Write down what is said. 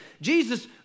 Jesus